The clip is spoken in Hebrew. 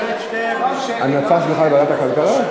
זה כולל את שתיהן, ההמלצה שלך, לוועדת הכלכלה?